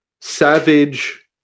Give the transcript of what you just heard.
Savage